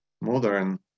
modern